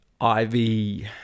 ivy